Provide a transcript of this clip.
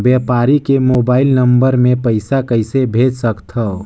व्यापारी के mobile number मे पईसा कइसे भेज सकथव?